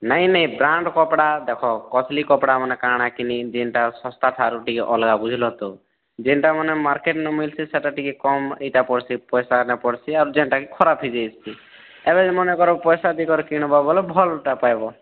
ନାଇଁ ନାଇଁ ବ୍ରାଣ୍ଡ୍ କପଡ଼ା ଦେଖ କଷ୍ଟଲି କପଡ଼ାମାନେ କାଣା କି ଯେନ୍ତା ଶସ୍ତାଠାରୁ ଟିକିଏ ଅଲଗା ବୁଝିଲ ତ ଯେନ୍ତା ମାନେ ମାର୍କେଟ୍ ମିଲ୍ସି କମ୍ ପଇସାନେ ଆର୍ ଯେନ୍ତାକି ଖରାପ୍ ହେଇଯାଏସି ଏବେ ମନେକର ପଇସା ଦେଇ କିଣ୍ବ ବୋଲେ ଭଲ୍ଟା ପାଇବ